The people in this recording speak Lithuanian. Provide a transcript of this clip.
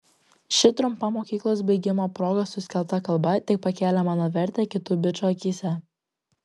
ši trumpa mokyklos baigimo proga suskelta kalba tik pakėlė mano vertę kitų bičų akyse